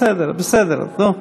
בסדר, בסדר, בסדר, נו.